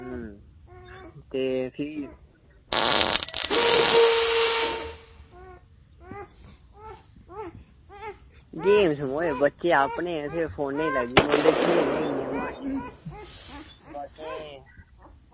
ते फ्ही गेम्स ते बच्चे अपने फोनै लग्गी पौंदे खेल्लनै गी गेमां